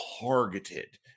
targeted